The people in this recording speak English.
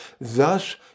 Thus